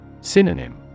Synonym